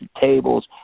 tables